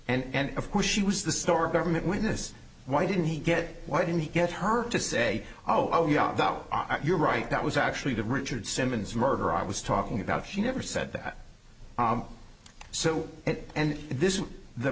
murder and of course she was the store government witness why didn't he get why didn't he get her to say oh yeah you're right that was actually the richard simmons murder i was talking about he never said that so it and this is the